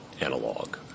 analog